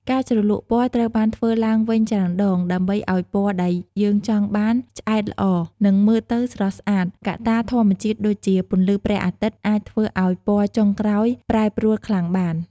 ការជ្រលក់ពណ៌ត្រូវបានធ្វើឡើងវិញច្រើនដង ដើម្បីអោយពណ៌ដែលយើងចង់បានឆ្អែតល្អ និងមើលទៅស្រស់ស្អាត កត្តាធម្មជាតិដូចជា ពន្លឺព្រះអាទិត្យ អាចធ្វើអោយពណ៌ចុងក្រោយប្រែប្រួលខ្លាំងបាន។